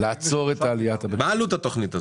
מה עלות התוכנית הזאת?